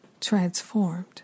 transformed